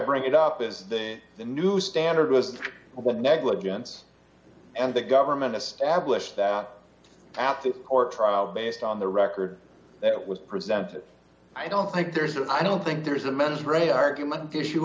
bring it up is that the new standard was what negligence and the government established that at the court trial based on the record that was presented i don't think there's a i don't think there's a mens rea argument i